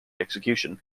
execution